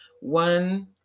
one